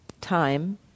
time